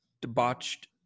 debauched